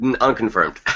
Unconfirmed